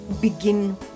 begin